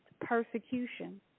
persecution